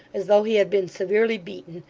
as though he had been severely beaten,